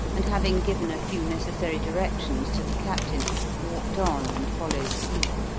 and having given a few necessary directions to the captain walked on and followed cleek.